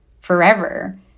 forever